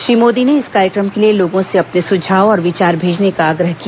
श्री मोदी ने इस कार्यक्रम के लिए लोगों से अपने सुझाव और विचार भेजने का आग्रह किया